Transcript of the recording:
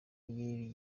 y’iri